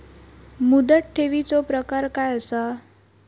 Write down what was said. मुदत ठेवीचो प्रकार काय असा?